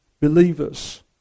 believers